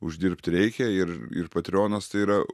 uždirbt reikia ir ir patreonas tai yra